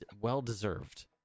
well-deserved